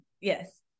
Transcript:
Yes